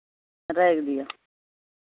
राखि दिअ